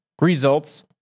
results